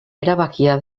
erabakia